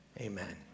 amen